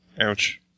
Ouch